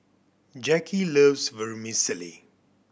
Jacki loves Vermicelli